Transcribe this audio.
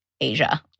Asia